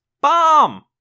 Bomb